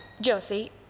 Josie